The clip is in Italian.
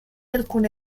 alcune